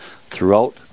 throughout